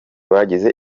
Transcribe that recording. bagize